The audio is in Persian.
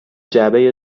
جعبه